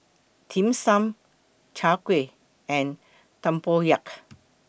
Dim Sum Chai Kuih and Tempoyak